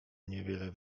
niewiele